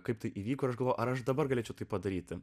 kaip tai įvyko žuvo ar aš dabar galėčiau tai padaryti